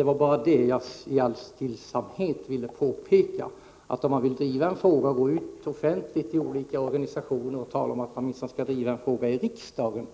Det var bara detta som jag i all stillsamhet ville påpeka. Om man vill driva en fråga och går ut offentligt till olika organisationer och säger att man minsann skall driva en fråga i riksdagen,